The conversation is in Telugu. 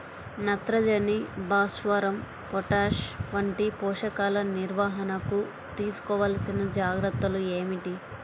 నత్రజని, భాస్వరం, పొటాష్ వంటి పోషకాల నిర్వహణకు తీసుకోవలసిన జాగ్రత్తలు ఏమిటీ?